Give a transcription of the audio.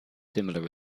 similar